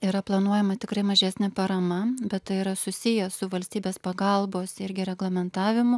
yra planuojama tikrai mažesnė parama bet tai yra susiję su valstybės pagalbos irgi reglamentavimu